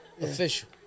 official